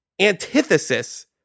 antithesis